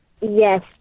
Yes